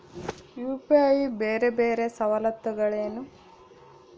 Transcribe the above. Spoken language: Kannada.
ಯು.ಪಿ.ಐ ಬೇರೆ ಬೇರೆ ಸವಲತ್ತುಗಳೇನು?